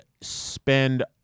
spend